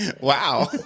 wow